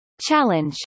Challenge